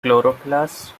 chloroplasts